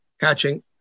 catching